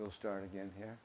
will start again here